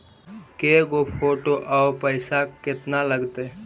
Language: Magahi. के गो फोटो औ पैसा केतना लगतै?